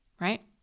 right